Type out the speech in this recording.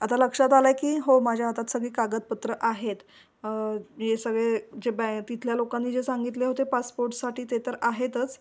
आता लक्षात आलं की हो माझ्या हातात सगळी कागदपत्रं आहेत हे सगळे जे बॅ तिथल्या लोकांनी जे सांगितले होते पासपोर्टसाठी ते तर आहेतच